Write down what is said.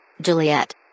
Juliet